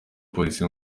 polisi